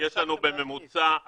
אז תביאו לנו את הנתונים.